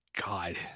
God